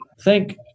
Thank